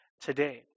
today